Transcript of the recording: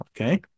Okay